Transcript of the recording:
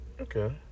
Okay